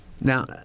now